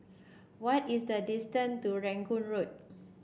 what is the distance to Rangoon Road